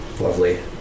Lovely